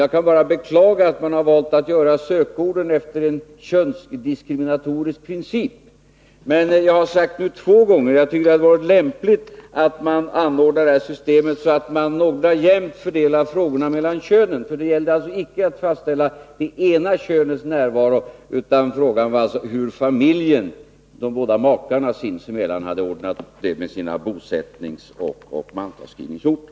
Jag kan bara beklaga att man har valt sökorden efter en könsdiskriminatorisk princip. Men jag har nu sagt två gånger att jag tycker det vore lämpligt att anordna det här systemet så att man någorlunda jämnt fördelar frågorna mellan könen. Det gällde alltså icke att fastställa det ena könets närvaro, utan frågan var hur familjen, de båda makarna sinsemellan, hade ordnat det med sina bosättningsoch mantalsskrivningsorter.